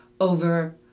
over